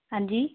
ਹਾਂਜੀ